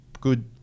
good